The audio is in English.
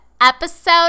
episode